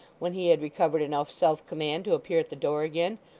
when he had recovered enough self-command to appear at the door again.